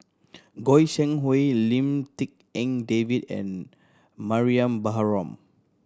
Goi Seng Hui Lim Tik En David and Mariam Baharom